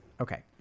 Okay